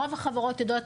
רוב החברות יודעות,